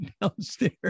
downstairs